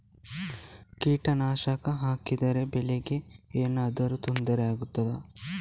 ಕೀಟನಾಶಕ ಹಾಕಿದರೆ ಬೆಳೆಗೆ ಏನಾದರೂ ತೊಂದರೆ ಆಗುತ್ತದಾ?